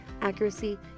accuracy